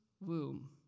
womb